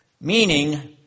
Meaning